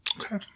Okay